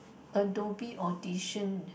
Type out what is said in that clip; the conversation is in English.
Adobe audition